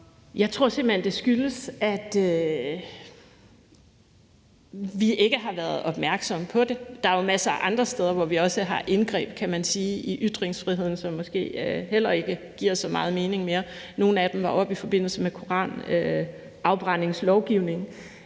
Jeg tror simpelt hen, at det skyldes, at vi ikke har været opmærksomme på det. Der er jo masser af andre steder, hvor vi også har indgreb, kan man sige, i ytringsfriheden, som måske heller ikke giver så meget mening mere. Nogle af dem var oppe i forbindelse med koranafbrændingslovgivningen.